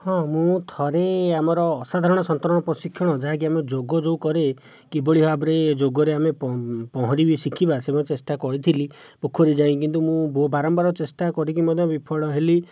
ହଁ ମୁଁ ଥରେ ଆମର ଅସାଧାରଣ ସନ୍ତରଣ ପ୍ରଶିକ୍ଷଣ ଯାହାକି ଆମ ଯୋଗ ଯେଉଁ କରେ କିଭଳି ଭାବରେ ଯୋଗରେ ଆମେ ପହଁରି ବି ଶିଖିବା ସେ ବି ଚେଷ୍ଟା କରିଥିଲି ପୋଖରୀ ଯାଇ କିନ୍ତୁ ମୁଁ ବାରମ୍ବାର ଚେଷ୍ଟା କରିକି ମଧ୍ୟ ବିଫଳ ହେଲି